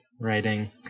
writing